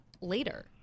later